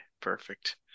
Perfect